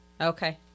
Okay